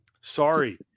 sorry